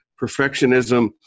Perfectionism